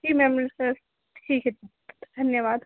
जी ma'am ठीक है धन्यवाद